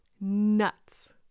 nuts